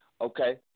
Okay